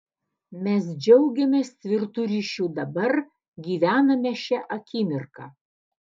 mes džiaugiamės tvirtu ryšiu dabar gyvename šia akimirka